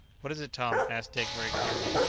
what is it, tom? asked dick very calmly.